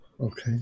Okay